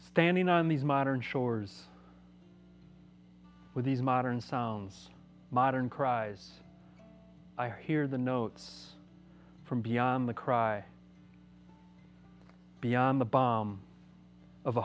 standing on these modern shores with these modern sounds modern cries i hear the notes from beyond the cry beyond the bomb of a